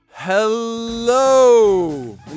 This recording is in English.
Hello